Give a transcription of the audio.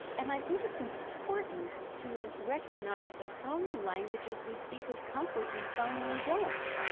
and i think it's important to recognize that some languages we speak with comfort and some we don't.